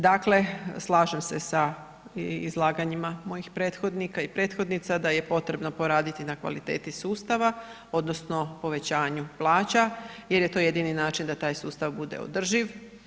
Dakle, slažem se sa izlaganjima mojih prethodnika i prethodnica da je potrebno poraditi na kvaliteti sustava odnosno povećanju plaća jer je to jedini način da taj sustav bude održiv.